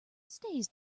stays